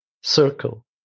circle